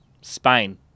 Spain